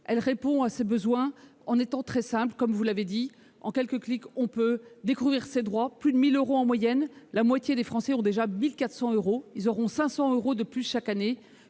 répond à ces besoins en étant très simple, comme vous l'avez dit. En quelques clics, on peut découvrir ses droits, plus de 1 000 euros en moyenne. La moitié des Français disposent déjà de 1 400 euros. Ils auront 500 euros de plus chaque année,